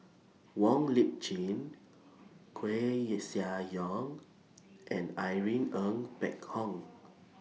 Wong Lip Chin Koeh Sia Yong and Irene Ng Phek Hoong